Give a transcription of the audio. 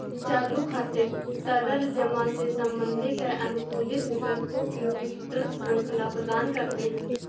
चालू खाते तरल जमा से संबंधित हैं, अनुकूलित विकल्पों की विस्तृत श्रृंखला प्रदान करते हैं